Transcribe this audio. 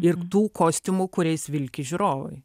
ir tų kostiumų kuriais vilki žiūrovai